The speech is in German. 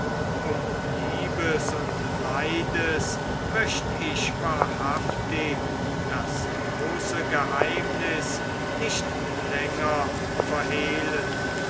um liebes und leides möcht ich wahrhaftig das große geheimnis nicht länger verhehlen